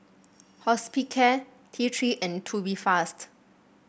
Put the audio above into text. Hospicare T Three and Tubifast